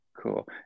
Cool